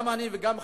גם אני וגם חברי,